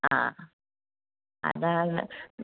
ആ അതാണ്